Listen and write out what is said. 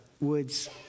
Woods